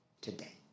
today